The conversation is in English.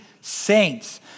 saints